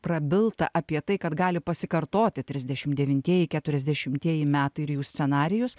prabilta apie tai kad gali pasikartoti trisdešimt devintieji keturiasdešimtieji metai ir jų scenarijus